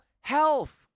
health